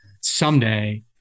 someday